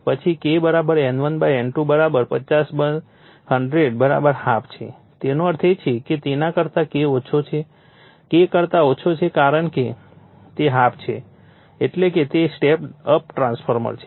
પછી K N1 N2 50 100 half છે તેનો અર્થ એ છે કે તેના કરતાં K ઓછો છે K કરતાં ઓછો છે કારણ કે તે હાફ છે એટલે કે તે સ્ટેપ અપ ટ્રાન્સફોર્મર છે